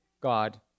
God